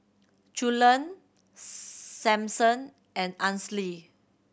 Cullen Sampson and Ansley